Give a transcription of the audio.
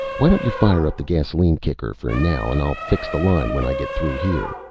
why don't you fire up the gasoline kicker for now and i'll fix the line when i get through here,